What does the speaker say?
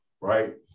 right